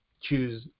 choose